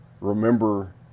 Remember